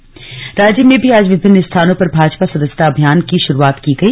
सदस्यता अभियान राज्य में भी आज विभिन्न स्थानों पर भाजपा सदस्यता अभियान की शुरूआत की गई